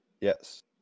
Yes